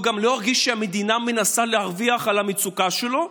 והוא גם לא ירגיש שהמדינה מנסה להרוויח על המצוקה שלו,